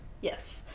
yes